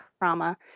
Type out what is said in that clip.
trauma